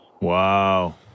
Wow